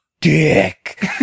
dick